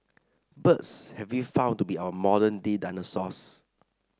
birds have been found to be our modern day dinosaurs